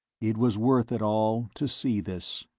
it was worth it all, to see this!